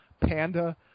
Panda